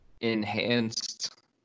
enhanced